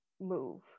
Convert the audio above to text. move